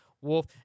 wolf